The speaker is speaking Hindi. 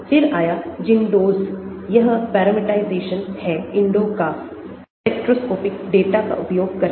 फिर आया ZINDOS यह पैरामीटराइजेशन है INDO का स्पेक्ट्रोस्कोपिक डेटा का उपयोग करके